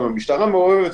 גם המשטרה מעורבת.